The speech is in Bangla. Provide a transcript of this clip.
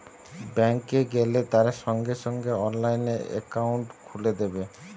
ব্যাঙ্ক এ গেলে তারা সঙ্গে সঙ্গে অনলাইনে একাউন্ট খুলে দেবে